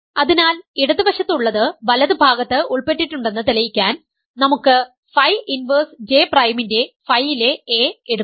അതിനാൽ ഇടത് വശത്ത് ഉള്ളത് വലതുഭാഗത്ത് ഉൾപ്പെട്ടിട്ടുണ്ടെന്ന് തെളിയിക്കാൻ നമുക്ക് ഫൈ ഇൻവേർസ് J പ്രൈമിന്റെ ഫൈ യിലെ a എടുക്കാം